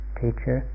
teacher